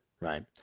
Right